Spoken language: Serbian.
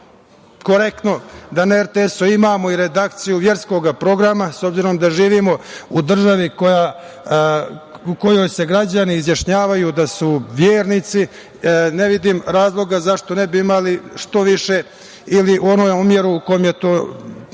bilo korektno da na RTS imamo i redakciju verskog programa, s obzirom da živimo u državi u kojoj se građani izjašnjavaju da su vernici, ne vidim razloga zašto ne bi imali što više, ili u onoj meri u kojoj je to